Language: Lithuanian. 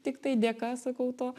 tiktai dėka sakau to